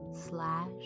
slash